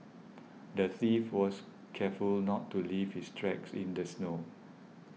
the thief was careful not to leave his tracks in the snow